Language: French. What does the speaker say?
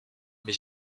mais